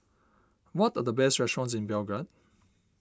what are the best restaurants in Belgrade